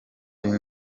y’iyi